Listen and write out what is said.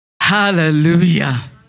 Hallelujah